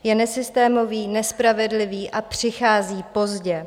Je nesystémový, nespravedlivý a přichází pozdě.